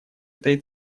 этой